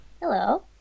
Hello